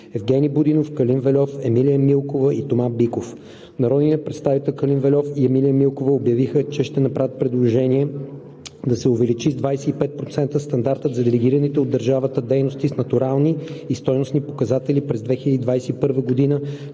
Евгени Будинов, Калин Вельов, Емилия Милкова и Тома Биков. Народните представител Калин Вельов и Емилия Милкова обявиха, че ще направят предложение да се увеличи с 25% стандартът за делегираните от държавата дейности с натурални и стойностни показатели през 2021 г.